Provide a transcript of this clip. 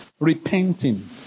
repenting